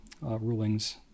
rulings